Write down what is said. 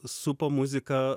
supo muzika